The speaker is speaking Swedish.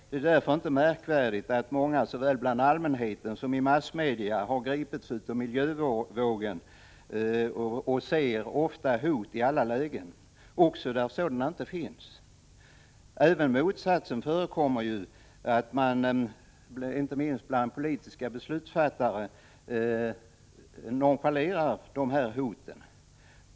Det är därför inte märkvärdigt att många såväl bland allmänheten som i massmedia har gripits av miljövågen och ser hot i alla lägen — också där sådana inte finns. Även motsatsen förekommer, inte minst bland politiska beslutsfattare — att man nonchalerar hoten.